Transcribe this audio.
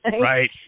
Right